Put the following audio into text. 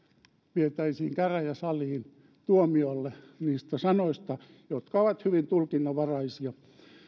vietäisiin käräjäsaliin tuomiolle niistä sanoista jotka ovat hyvin tulkinnanvaraisia